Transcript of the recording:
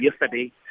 yesterday